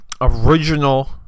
original